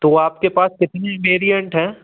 तो आपके पास कितने वेरिएंट हैं